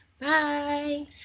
Bye